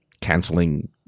canceling